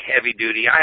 heavy-duty